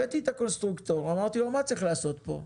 הבאתי את הקונסטרוקטור ושאלתי: מה צריך לעשות פה?